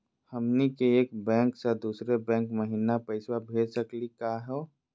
हमनी के एक बैंको स दुसरो बैंको महिना पैसवा भेज सकली का हो?